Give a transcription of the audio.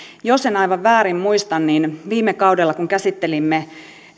jos en aivan väärin muista niin viime kaudella kun käsittelimme